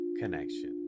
connection